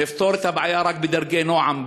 נפתור את הבעיה רק בדרכי נועם,